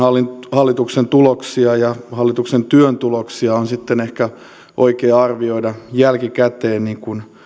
hallituksen tuloksia ja hallituksen työn tuloksia on on sitten ehkä oikein arvioida jälkikäteen niin kuin